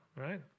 Right